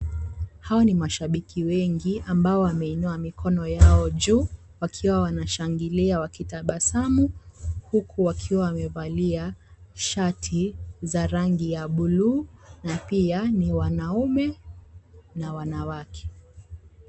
Hawa ni mashabiki wengi ambao wameinua mikono yao juu wakiwa wanashangilia wakitabasamu huku wakiwa wamevalia shati za rangi ya bluu na pia ni wanaume na wanawake.